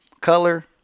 color